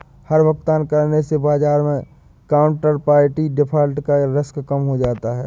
हर भुगतान करने से बाजार मै काउन्टरपार्टी डिफ़ॉल्ट का रिस्क कम हो जाता है